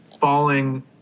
falling